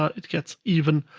ah it gets even